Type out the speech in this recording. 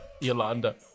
Yolanda